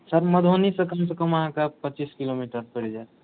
sir मधुबनीसँ कम से कम अहाँकेँ पच्चीस किलोमीटर पड़ि जायत